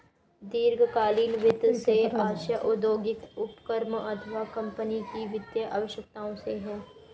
दीर्घकालीन वित्त से आशय औद्योगिक उपक्रम अथवा कम्पनी की वित्तीय आवश्यकताओं से है